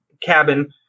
cabin